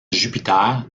jupiter